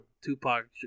Tupac